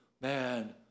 Man